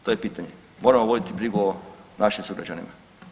To je pitanje, moramo voditi brigu o našim sugrađanima.